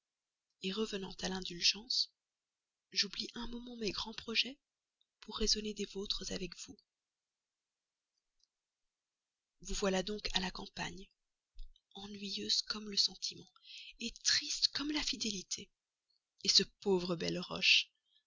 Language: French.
légère revenant à l'indulgence j'oublie un moment mes grands projets pour raisonner des vôtres avec vous vous voilà donc à la campagne ennuyeuse comme une idylle ennuyée comme son lecteur et ce pauvre belleroche